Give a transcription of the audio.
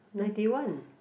ninety one